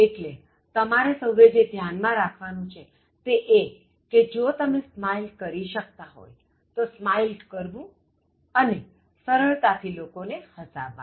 એટલેતમારે સહુએ જે ધ્યાન માં રાખવાનુ છે તે એ કે જો તમે "smile" કરી શક્તા હોય તો"smile"કરવું અને સરળતાથી લોકોને હસાવવા